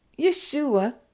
Yeshua